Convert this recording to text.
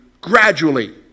gradually